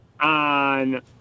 on